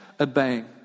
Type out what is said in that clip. obeying